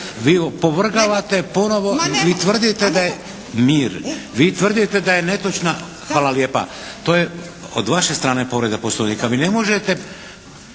Vladimir (HDZ)** … i tvrdite da je. Mir! Vi tvrdite da je netočna. Hvala lijepa. To je od vaše strane povreda Poslovnika. Vi ne možete